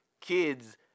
kids